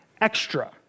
extra